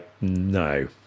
no